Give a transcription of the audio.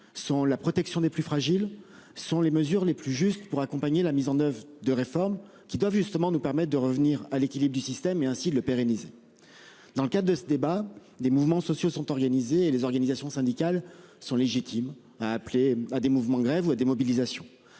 sont la protection des plus fragiles sont les mesures les plus justes pour accompagner la mise en oeuvre de réformes qui doivent justement nous permettent de revenir à l'équilibre du système et ainsi de le pérenniser. Dans le cadre de ce débat des mouvements sociaux sont organisées et les organisations syndicales sont légitimes, a appelé à des mouvements de grève ou à des mobilisations